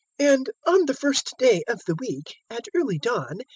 and, on the first day of the week, at early dawn,